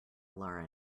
lara